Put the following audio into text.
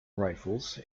rifles